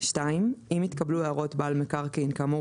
(2)אם התקבלו הערות בעל מקרקעין כאמור